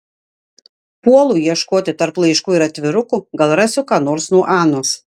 puolu ieškoti tarp laiškų ir atvirukų gal rasiu ką nors nuo anos